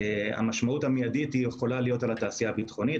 המשמעות המידית יכולה להיות על התעשייה הביטחונית.